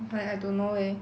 but I don't know eh